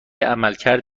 عملکرد